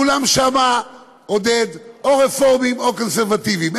עודד, כולם שם או רפורמים או קונסרבטיבים.